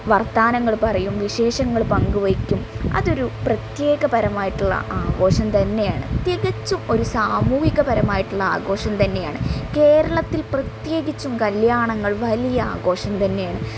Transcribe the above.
വർത്താനങ്ങൾ പറയും വിശേഷങ്ങൾ പങ്കു വയ്ക്കും അതൊരു പ്രേത്യേകപരമായിട്ടുളള ആഘോഷം തന്നെയാണ് തികച്ചും ഒരു സമൂഹികപരമായിട്ടുള്ള ആഘോഷം തന്നെയാണ് കേരളത്തിൽ പ്രേത്യേകിച്ചും കല്ല്യാണങ്ങൾ വലിയ ആഘോഷം തന്നെയാണ്